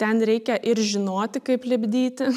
ten reikia ir žinoti kaip lipdyti